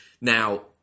Now